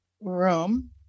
room